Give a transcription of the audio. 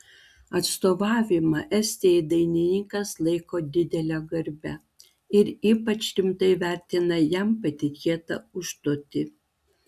atstovavimą estijai dainininkas laiko didele garbe ir ypač rimtai vertina jam patikėtą užduotį